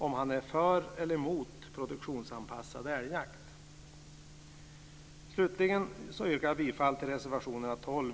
Är Dan Ericsson för eller mot produktionsanpassad älgjakt? Allra sist yrkar jag bifall till reservationerna 12